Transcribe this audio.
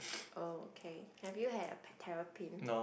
oh okay have you had a pet terrapin